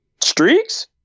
streaks